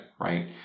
right